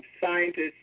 scientists